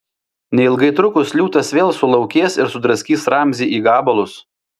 neilgai trukus liūtas vėl sulaukės ir sudraskys ramzį į gabalus